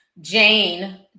Jane